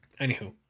Anywho